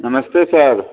Namaste sir